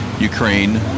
Ukraine